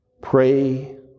Pray